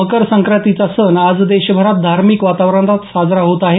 मकर संक्रांतीचा सण आज देशभरात धार्मिक वातावरणात साजरा होत आहे